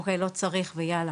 אוקיי לא צריך ויאללה,